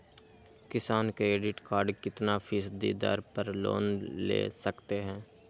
किसान credit card कितना फीसदी दर पर लोन ले सकते हैं?